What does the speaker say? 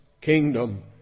kingdom